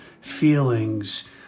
feelings